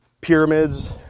pyramids